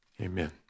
Amen